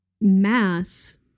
Mass